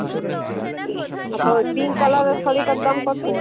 আচ্ছা আচ্ছা ওই পিঙ্ক কালারের শাড়িটার দাম কত